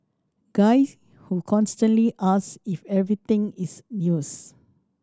guys who constantly ask if everything is news